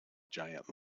giant